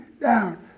down